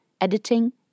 Editing